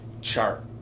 chart